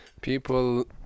people